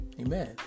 Amen